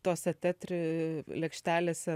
tose tetri lėkštelėse